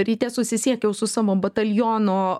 ryte susisiekiau su savo bataljono